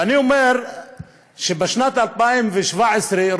ואני אומר שבשנת 2017,